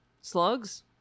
Slugs